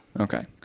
Okay